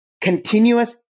continuous